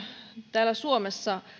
täällä suomessa